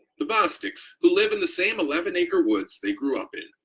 the bostick's, who live in the same eleven acre woods they grew up in,